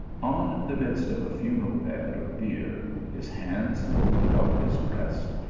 on the midst of a funeral bed or bier, his hands folded on his breast,